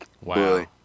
Wow